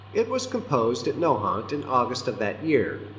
it was composed at nohant in august of that year.